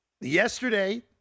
Yesterday